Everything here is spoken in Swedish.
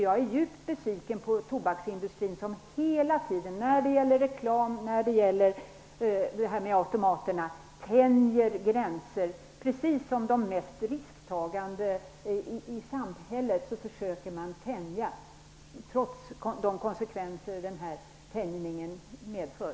Jag är djupt besviken på tobaksindustrin som hela tiden när det gäller reklamen och det här med automaterna tänjer gränserna. Precis som de mest risktagande i samhället försöker man tänja gränserna, trots de konsekvenser detta medför.